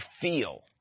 feel